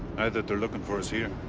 that they're looking for us here.